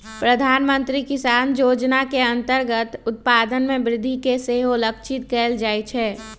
प्रधानमंत्री किसान जोजना के अंतर्गत उत्पादन में वृद्धि के सेहो लक्षित कएल जाइ छै